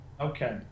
Okay